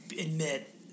admit